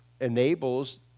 enables